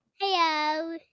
Hello